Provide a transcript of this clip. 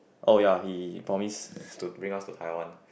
oh ya he promise to bring us to Taiwan